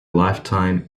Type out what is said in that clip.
lifetime